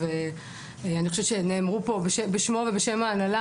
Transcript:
ואני חושבת שנאמרו פה בשמו ובשם ההנהלה